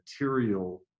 material